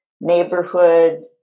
neighborhood